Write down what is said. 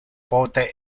pote